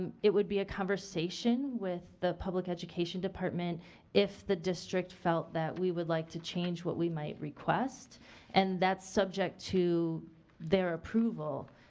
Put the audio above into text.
and it would be a conversation with the public education department if the district felt that we would like to change what we might request and that's subject to their approval,